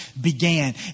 began